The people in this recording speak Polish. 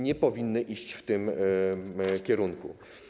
Nie powinny one iść w tym kierunku.